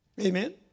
Amen